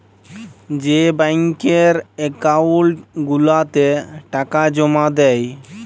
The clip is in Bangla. যেই ব্যাংকের একাউল্ট গুলাতে টাকা জমা দেই